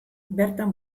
bertan